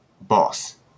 boss